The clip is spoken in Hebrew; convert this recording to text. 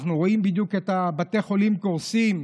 אנחנו רואים בדיוק את בתי החולים קורסים,